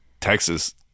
Texas